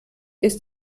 ist